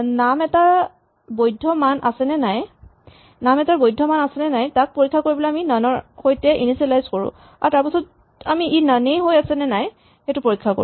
নাম এটাৰ বৈধ্য মান এটা আছেনে নাই পৰীক্ষা কৰিবলৈ আমি তাক নন ৰ সৈতে ইনিচিয়েলাইজ কৰো আৰু পাছত আমি ই নন এই হৈ আছেনে কি পৰীক্ষা কৰিব পাৰো